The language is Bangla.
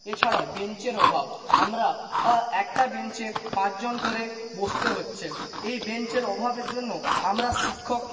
এছাড়াও বেঞ্চের অভাব আমরা একটা বেঞ্চে পাঁচজন করে বসতে হচ্ছে এই বেঞ্চের অভাবের জন্য আমরা শিক্ষক